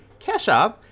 Kesha